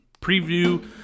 preview